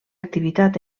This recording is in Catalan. activitat